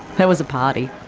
there was a party,